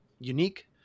unique